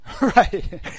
Right